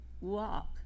Walk